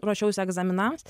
ruošiausi egzaminams